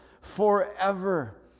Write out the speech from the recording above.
forever